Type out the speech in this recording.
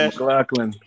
McLaughlin